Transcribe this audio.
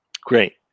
Great